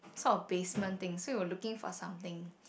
sort of basement thing so you were looking for something